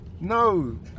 No